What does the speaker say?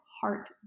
heart